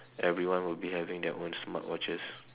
everyone will be having their own smartwatches